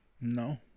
No